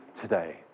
today